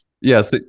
Yes